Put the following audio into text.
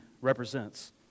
represents